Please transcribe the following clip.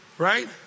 Right